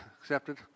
accepted